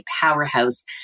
powerhouse